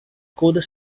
coda